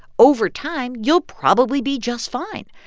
over time, you'll probably be just fine.